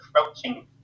approaching